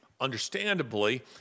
understandably